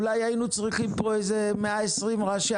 אולי היינו צריכים פה איזה 120 ראשי